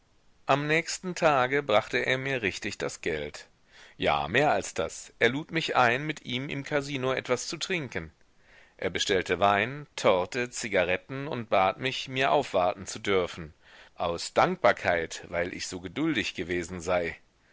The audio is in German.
am nächsten tage brachte er mir richtig das geld ja mehr als das er lud mich ein mit ihm im kasino etwas zu trinken er bestellte wein torte zigaretten und bat mich mir aufwarten zu dürfen aus dankbarkeit weil ich so geduldig gewesen sei